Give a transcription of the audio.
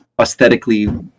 aesthetically